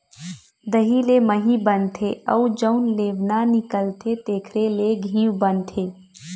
दही ले मही बनथे अउ जउन लेवना निकलथे तेखरे ले घींव बनाथे